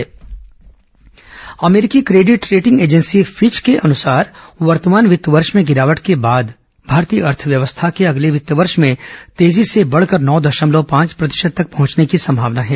GDP अमरीकी credit rating agency Fitch के अनुसार वर्तमान वित्त वर्ष में गिरावट के बाद भारतीय अर्थव्यवस्था के अगले वित्तीय वर्ष में तेजी से बढ़कर नौ दशमलव पांच प्रतिशत पर पहुंचने की संभावना है